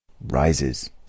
Rises